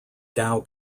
dow